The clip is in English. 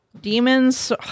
Demons